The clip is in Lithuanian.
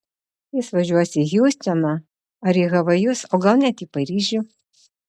jis važiuos į hjustoną ar į havajus o gal net į paryžių